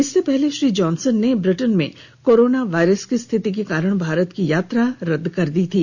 इससे पहले श्री जॉनसन ने ब्रिटेन में कोरोना वायरस की स्थिति के कारण भारत की यात्रा रद्द कर दी थी